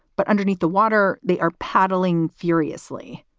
but underneath the water they are paddling furiously.